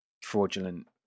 fraudulent